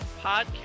Podcast